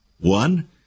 One